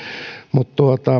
mutta